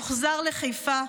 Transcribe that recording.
יוחזר לחיפה,